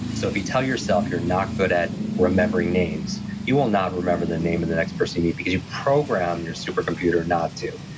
so if you tell yourself you're not good at remembering names, you will not remember the name of the next person you meet, because you program your supercomputer not to.